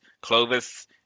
clovis